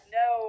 no